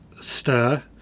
stir